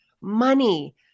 money